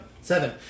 Seven